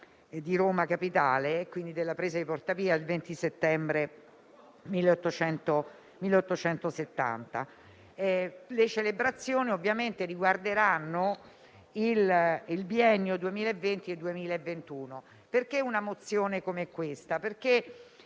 di Roma Capitale, e quindi con la presa di Porta Pia il 20 settembre 1870. Le celebrazioni ovviamente riguarderanno il biennio 2020-2021. Rispetto alle ragioni di una mozione come questa,